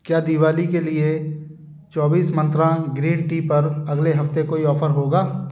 क्या दिवाली के लिए चौबीस मंत्रा ग्रीन टी पर अगले हफ्ते कोई ऑफर होगा